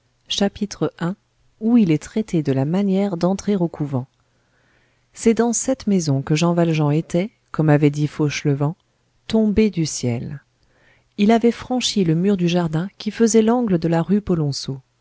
chapitre i où il est traité de la manière d'entrer au couvent c'est dans cette maison que jean valjean était comme avait dit fauchelevent tombé du ciel il avait franchi le mur du jardin qui faisait l'angle de la rue